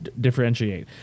differentiate